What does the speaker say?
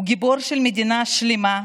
הוא גיבור של מדינה שלמה.